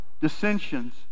dissensions